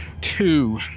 Two